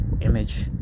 image